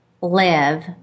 live